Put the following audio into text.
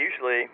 usually